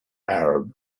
arab